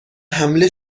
حمله